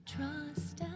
Trust